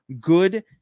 good